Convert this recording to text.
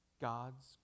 God's